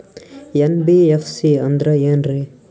NBFC ಅಂದ್ರ ಏನ್ರೀ?